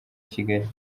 kigali